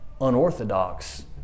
unorthodox